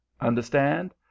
understand